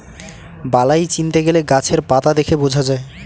বালাই চিনতে গেলে গাছের পাতা দেখে বোঝা যায়